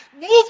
move